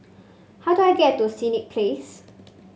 how do I get to Senett Place